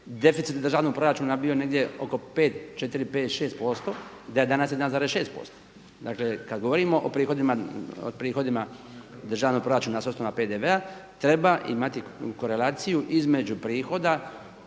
deficit državnog proračuna bio negdje oko 4, 5, 6% i da je danas 1,6% dakle kada govorimo o prihodima državnog proračuna s osnova PDV-a treba imati korelaciju između prihoda,